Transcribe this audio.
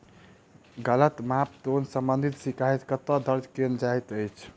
गलत माप तोल संबंधी शिकायत कतह दर्ज कैल जाइत अछि?